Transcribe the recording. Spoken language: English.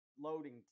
loading